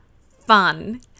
fun